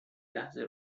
لحظه